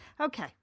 Okay